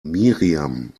miriam